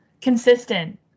consistent